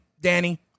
Danny